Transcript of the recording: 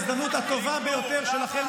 הצעת החוק הזאת זאת ההזדמנות הטובה ביותר שלכם